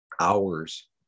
hours